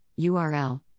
url